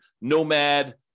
nomad